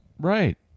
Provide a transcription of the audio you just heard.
right